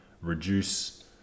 reduce